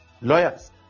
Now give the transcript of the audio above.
Lawyers